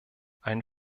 einen